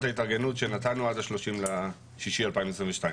ההתארגנות שנתנו עד ה-30 ביוני 2022,